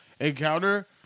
encounter